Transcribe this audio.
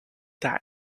die